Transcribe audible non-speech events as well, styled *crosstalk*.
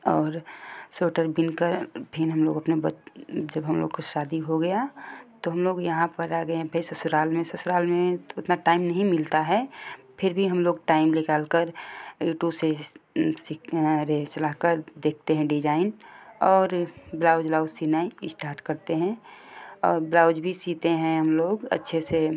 और स्वेटर बीनकर फिर हम लोग अपना बच्च जब हम लोग को शादी हो गया तो हम लोग यहाँ पर आ गए हैं *unintelligible* ससुराल में ससुराल में तो उतना टाइम नहीं मिलता है फिर भी हम लोग टाइम निकालकर यूटूब से सीखते हैं और ये चला कर देखते हैं डिजाईन और ब्लौज उलौज सीनै इस्टार्ट करते हैं और ब्लौज भी सीते हैं हम लोग अच्छे से